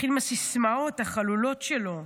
התחיל עם הסיסמאות החלולות שלו.